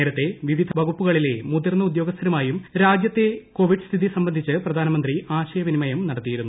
നേരത്തെ ൃ പ്രിവീധ വകുപ്പുകളിലെ മുതിർന്ന ഉദ്യോഗസ്ഥരുമായും രാജ്യത്ത്ത് കോവിഡ് സ്ഥിതി സംബന്ധിച്ച് പ്രധാനമന്ത്രി ആശയവിസ്സിമ്യർ നടത്തിയിരുന്നു